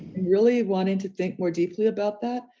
really wanting to think more deeply about that,